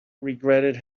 regretted